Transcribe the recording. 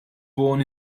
born